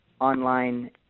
online